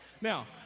Now